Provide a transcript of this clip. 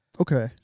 Okay